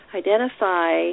identify